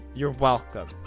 you're welcome.